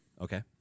Okay